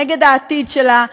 נגד העתיד שלה,